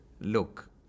look